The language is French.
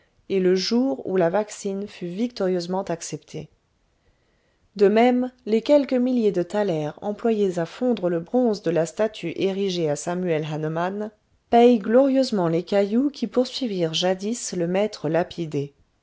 et le jour où la vaccine fut victorieusement acceptée de même les quelques milliers de thalers employés à fondre le bronze de la statue érigée à samuel hahnemann payent glorieusement les cailloux qui poursuivirent jadis le maître lapidé